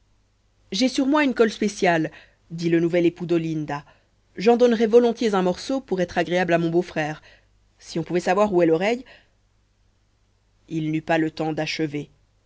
j'ai sur moi une colle spéciale dit le nouvel époux d'olinda j'en donnerais volontiers un morceau pour être agréable à mon beau-frère si on pouvait savoir où est l'oreille il n'eut pas le temps d'achever